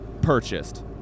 purchased